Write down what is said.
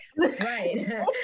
Right